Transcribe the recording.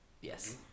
Yes